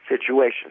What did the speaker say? situation